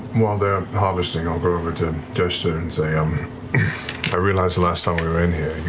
while they're harvesting over over to jester and say um i realize the last time we were in here,